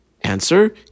answer